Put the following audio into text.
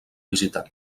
visitar